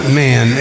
man